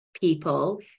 people